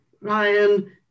Ryan